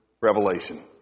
revelation